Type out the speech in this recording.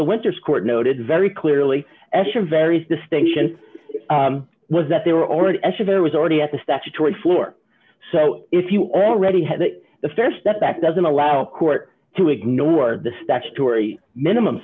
the winters court noted very clearly esha various distinction was that there or actually there was already at the statutory floor so if you already had that the st step back doesn't allow a court to ignore the statutory minimum